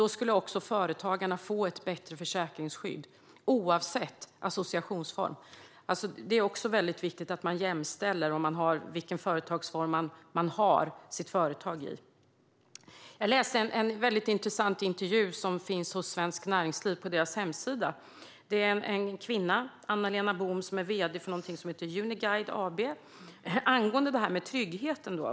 Då skulle också företagarna få ett bättre försäkringsskydd oavsett associationsform. Det är också viktigt att man jämställer vilken företagsform företaget drivs i. Jag läste en väldigt intressant intervju på Svenskt Näringslivs hemsida med en kvinna som heter Anna-Lena Bohm och är vd för någonting som heter Uniguide AB. Intervjun handlar om det här med tryggheten.